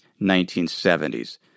1970s